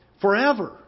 Forever